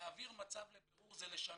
להעביר מצב לבירור זה לשנות.